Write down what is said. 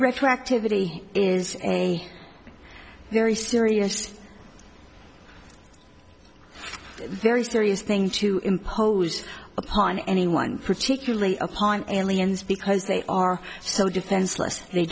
retroactively is a very serious very serious thing to impose upon anyone particularly upon aliens because they are so defenseless they